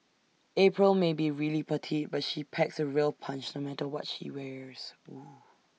April may be really petite but she packs A real punch no matter what she wears